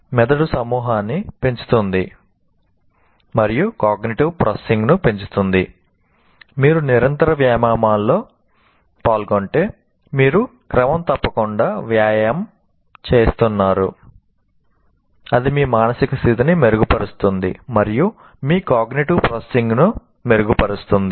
movement ప్రాసెసింగ్ను మెరుగుపరుస్తుంది